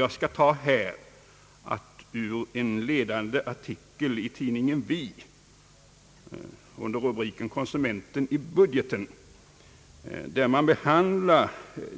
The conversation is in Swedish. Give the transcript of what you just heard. Jag skall här ur en ledande artikel i tidningen Vi med rubriken »Konsumenten i budgeten», där man behandlar